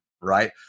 right